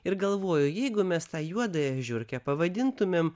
ir galvoju jeigu mes tą juodąją žiurkę pavadintumėm